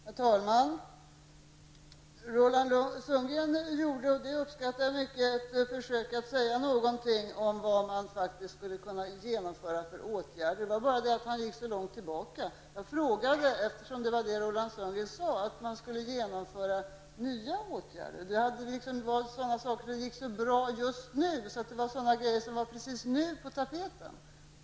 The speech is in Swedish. Herr talman! Roland Sundgren gjorde -- och det uppskattar jag mycket -- ett försök att säga någonting om vilka åtgärder man faktiskt skulle kunna vidta. Han gick emellertid för långt tillbaka i tiden. Roland Sundgren talade om att man skulle vidta nya åtgärder, och det var det min fråga gällde. Han talade om att det gick så bra just nu och att vissa saker därför precis nu var på tapeten.